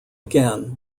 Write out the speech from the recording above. again